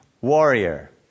warrior